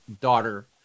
daughter